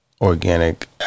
organic